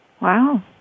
Wow